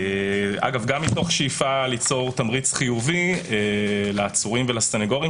אגב גם מתוך שאיפה ליצור תמריץ חיובי לעצורים ולסנגורים